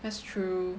that's true